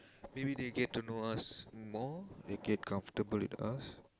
maybe they get to know us more they get comfortable with us